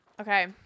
Okay